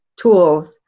tools